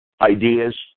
ideas